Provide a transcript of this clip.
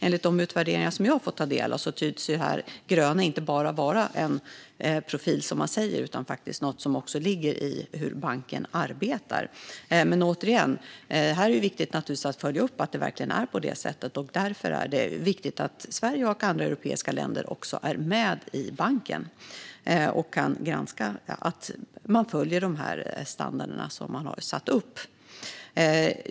Enligt de utvärderingar som jag har fått ta del av så tycks det gröna alltså inte bara vara något man säger utan något som faktiskt finns med i bankens arbete. Men återigen: Det är viktigt att följa upp att det verkligen är så, och därför är det viktigt att Sverige och andra europeiska länder är med i denna bank och kan granska att de standarder som har satts upp följs.